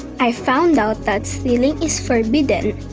i found out that sinning is forbidden.